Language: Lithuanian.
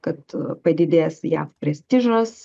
kad padidės jav prestižas